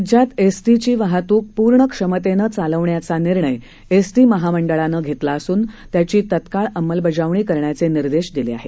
राज्यात एसटीची वाहतूक पूर्ण क्षमतेनं चालवण्याचा निर्णय एसटी महामंडळानं घेतला असून त्याची तात्काळ अंमलबजावणी करण्याचे निर्देश दिले आहेत